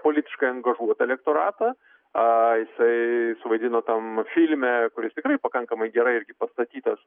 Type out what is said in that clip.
politiškai angažuotą elektoratą a jisai suvaidino tam filme kuris tikrai pakankamai gerai irgi pastatytas